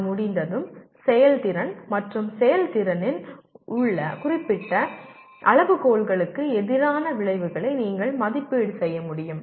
அது முடிந்ததும் செயல்திறன் மற்றும் செயல்திறனின் குறிப்பிட்ட அளவுகோல்களுக்கு எதிரான விளைவுகளை நீங்கள் மதிப்பீடு செய்ய முடியும்